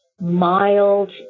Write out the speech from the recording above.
mild